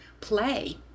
play